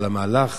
על המהלך